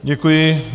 Děkuji.